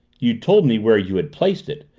you told me where you had placed it,